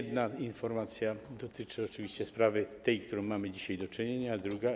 Jedna informacja dotyczy oczywiście tej sprawy, z którą mamy dzisiaj do czynienia, a druga.